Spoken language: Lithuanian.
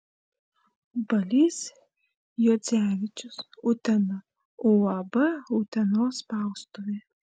balys juodzevičius utena uab utenos spaustuvė